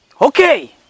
Okay